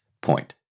point